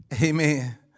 Amen